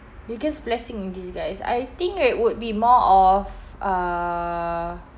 biggest blessing in disguise I think it would be more of a